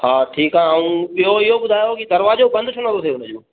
हा ठीकु आहे ऐं ॿियो इहो ॿुधायो की दरवाजो बंदि छो न थो थिए उनजो